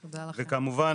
וכמובן,